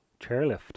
chairlift